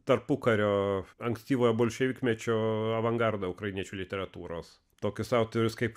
tarpukario ankstyvojo bolševikmečio avangardo ukrainiečių literatūros tokius autorius kaip